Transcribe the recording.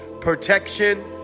protection